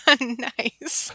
Nice